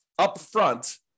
upfront